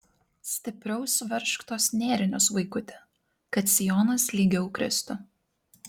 stipriau suveržk tuos nėrinius vaikuti kad sijonas lygiau kristų